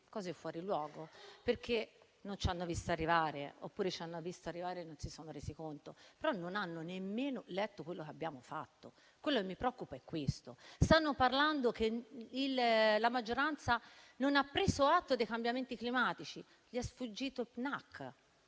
cose fuori luogo. Non ci hanno visti arrivare oppure ci hanno visti arrivare e non si sono resi conto. Non hanno nemmeno letto quello che abbiamo fatto e ciò mi preoccupa. Hanno detto che la maggioranza non ha preso atto dei cambiamenti climatici. Gli è sfuggito il PNAC.